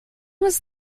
was